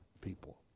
people